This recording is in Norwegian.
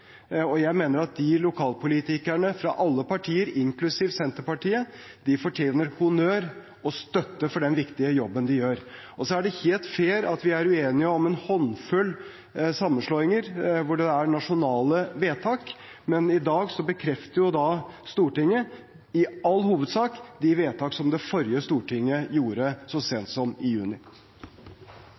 og jeg mener at lokalpolitikere fra alle partier, inklusiv Senterpartiet, fortjener honnør og støtte for den viktige jobben de gjør. Så er det helt fair at vi er uenige om en håndfull sammenslåinger, hvor det er nasjonale vedtak, men i dag bekrefter jo Stortinget i all hovedsak de vedtak som det forrige stortinget gjorde så sent som i juni.